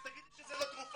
תגיד לי שזה לא תרופה.